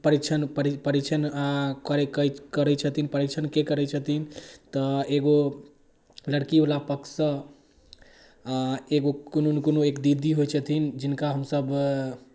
परिछनि परिछनि करै छथिन परिछनि के करै छथिन तऽ एगो लड़कीवला पक्षसँ एगो कोनो ने कोनो एक दीदी होइ छथिन जिनका हमसभ